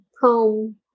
home